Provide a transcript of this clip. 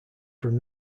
from